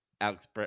Alex